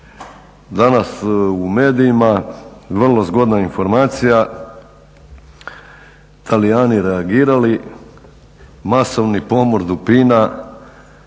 Danas u medijima vrlo zgodna informacija, Talijani reagirali masovni pomor dupina,